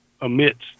amidst